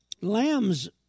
Lambs